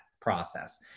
process